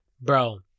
Bro